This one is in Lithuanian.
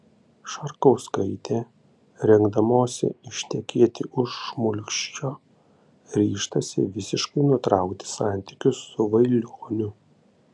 šarkauskaitė rengdamosi ištekėti už šmulkščio ryžtasi visiškai nutraukti santykius su vailioniu